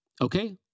Okay